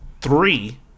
three